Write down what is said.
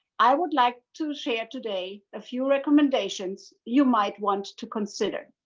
i would like to share today a few recommendations you might want to consider.